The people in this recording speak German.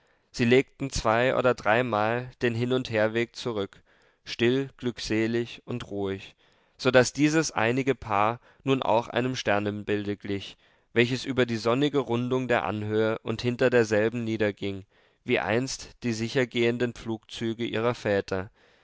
sie legten zwei oder dreimal den hin und herweg zurück still glückselig und ruhig so daß dieses einige paar nun auch einem sternbilde glich welches über die sonnige rundung der anhöhe und hinter derselben niederging wie einst die sichergehenden pflugzüge ihrer väter